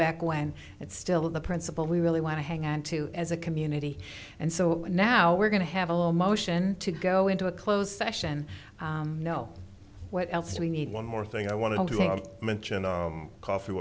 back when it's still the principle we really want to hang on to as a community and so now we're going to have a little motion to go into a closed session no what else do we need one more thing i want to make mention of coffee